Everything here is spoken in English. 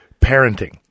parenting